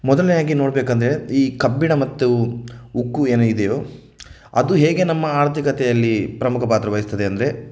ಮೊದಲನೆಯದಾಗಿ ನೋಡಬೇಕೆಂದರೆ ಈ ಕಬ್ಬಿಣ ಮತ್ತು ಉಕ್ಕು ಏನು ಇದೆಯೋ ಅದು ಹೇಗೆ ನಮ್ಮ ಆರ್ಥಿಕತೆಯಲ್ಲಿ ಪ್ರಮುಖ ಪಾತ್ರವಹಿಸ್ತದೆ ಅಂದರೆ